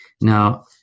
now